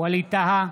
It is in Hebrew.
ווליד טאהא,